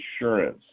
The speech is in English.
insurance